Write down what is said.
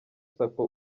sacco